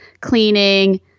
cleaning